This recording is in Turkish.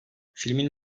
filmin